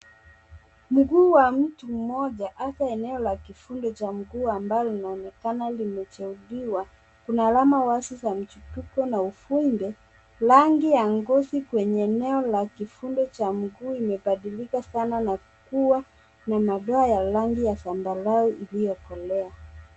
Mguu wa mtu mmoja hapa eneo la kifundo cha mguu ambalo linaonekana limeteuliwa. Kuna alama wazi za mchipuko. Rangi ya ngozi kwenye eneo la kifundo cha mguu imebadilika sana na kuwa madoa ya rangi ya zambarau iliyokolea.